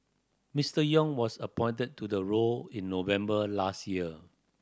Mister Yong was appointed to the role in November last year